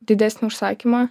didesnį užsakymą